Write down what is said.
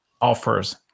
offers